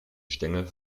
stängel